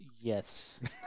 Yes